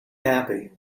happy